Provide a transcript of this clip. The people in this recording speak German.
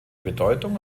bedeutung